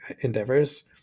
endeavors